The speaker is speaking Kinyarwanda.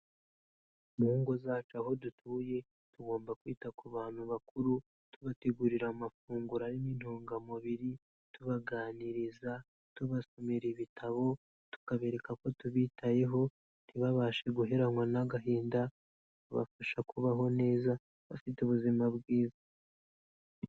Mu ngo zacu aho dutuye tugomba kwita ku bantu bakuru, tubategurira amafunguro arimo intungamubiri, tubaganiriza tubasomera ibitabo tukabereka ko tubitayeho ntibabashe guheranwa n'agahinda tubafasha kubaho neza bafite ubuzima bwiza.